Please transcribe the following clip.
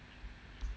mm